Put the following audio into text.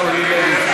לא, חברת הכנסת אורלי.